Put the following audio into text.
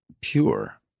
pure